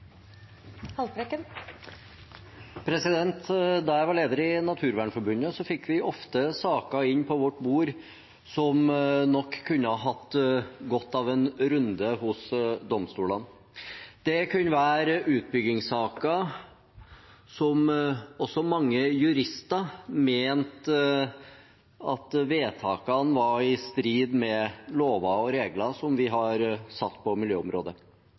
Da jeg var leder i Naturvernforbundet, fikk vi ofte saker inn på vårt bord som nok kunne hatt godt av en runde hos domstolene. Det kunne være utbyggingssaker der også mange jurister mente at vedtakene var i strid med lover og regler som vi har satt på miljøområdet.